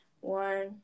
one